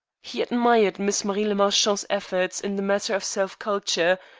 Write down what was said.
he admired miss marie le marchant's efforts in the matter of self-culture,